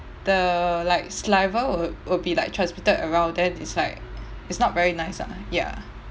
the like saliva would would be like transmitted around then it's like it's not very nice ah ya